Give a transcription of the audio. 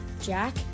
Jack